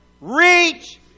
Reach